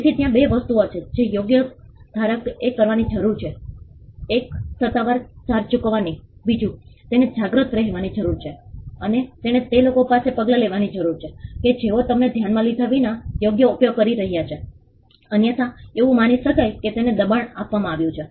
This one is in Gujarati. તેથી ત્યાં 2 વસ્તુઓ છે જે યોગ્ય ધારકએ કરવાની જરૂર છે 1 સત્તાવાર ચાર્જ ચૂકવવા 2 તેને જાગ્રત રહેવાની જરૂર છે અને તેણે તે લોકો સામે પગલાં લેવાની જરૂર છે કે જેઓ અમને ધ્યાનમાં લીધા વિના યોગ્ય ઉપયોગ કરી રહ્યા છે અન્યથા એવું માની શકાય કે તેણે દબાણ આપ્યું છે